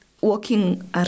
walking